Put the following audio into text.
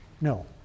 No